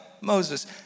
Moses